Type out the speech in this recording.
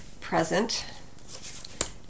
present